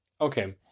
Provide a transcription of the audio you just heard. Okay